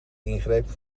ingreep